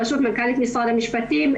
בראשות מנכ"לית משרד המשפטים.